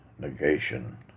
negation